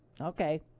Okay